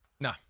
No